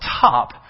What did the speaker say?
top